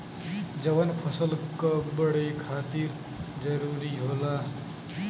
जवन फसल क बड़े खातिर जरूरी होला